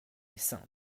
est